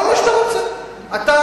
כל מה שאתה רוצה, אפילו מעבר.